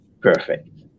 perfect